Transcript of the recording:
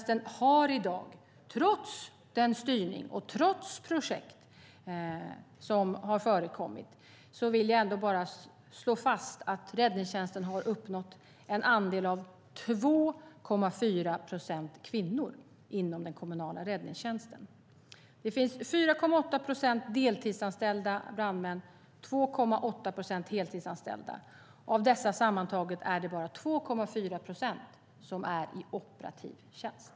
Trots den styrning och trots projekt som har förekommit vill jag ändå bara slå fast att man har uppnått en andel av 2,4 procent kvinnor inom den kommunala räddningstjänsten. Det finns 4,8 procent deltidsanställda brandmän och 2,8 procent heltidsanställda. Av dessa sammantaget är det bara 2,4 procent som är i operativ tjänst.